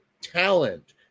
talent